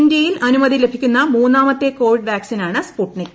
ഇന്ത്യയിൽ അനുമതി ലഭിക്കുന്ന മൂന്നാമത്തെ കോവിഡ് വാക്സിനാണ് സ്പുട്നിക്